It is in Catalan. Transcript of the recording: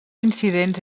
incidents